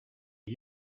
are